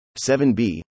7B